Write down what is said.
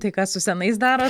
tai ką su senais darot